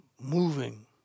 moving